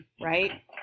right